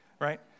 right